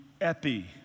epi